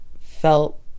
felt